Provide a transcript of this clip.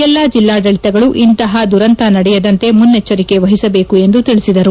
ಎಲ್ಲಾ ಜಿಲ್ಲಾಡಳಿತಗಳು ಇಂತಹ ದುರಂತ ನಡೆಯದಂತೆ ಮುನ್ನಚ್ಚರಿಕೆ ವಹಿಸಬೇಕು ಎಂದು ತಿಳಿಸಿದರು